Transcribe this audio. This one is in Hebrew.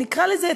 נקרא לזה,